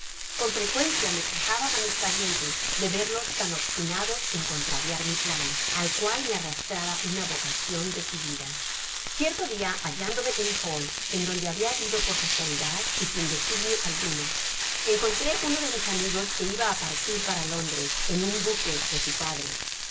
con frecuencia me quejaba á mis parientes de verlos tan obstinados en contrariar mi plan al cual me arrastraba una vocacion decidida cierto dia hallándome en hull en donde habia ido por casualidad y sin designio alguno encontró uno de mis amigos que iba á partir para londres en un buque de su padre